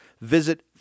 Visit